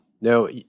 No